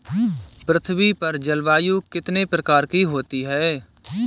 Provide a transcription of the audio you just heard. पृथ्वी पर जलवायु कितने प्रकार की होती है?